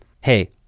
hey